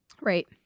Right